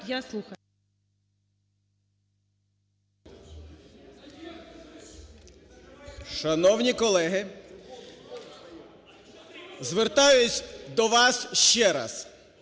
Шановні колеги, звертаюсь до вас ще раз.